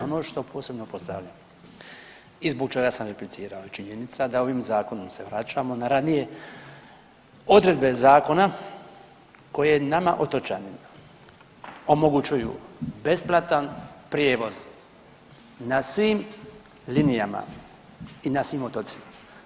Ono što posebno pozdravljam i zbog čega sam replicirao je činjenica da ovim zakonom se vraćamo na ranije odredbe zakona koje nama otočanima omogućuju besplatan prijevoz na svim linijama i na svim otocima.